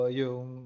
yung